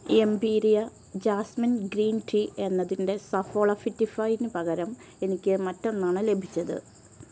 എംപീരിയ jasmine green tea എന്നതിന്റെ സഫോള ഫിറ്റിഫൈന് പകരം എനിക്ക് മറ്റൊന്നാണ് ലഭിച്ചത്